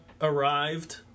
arrived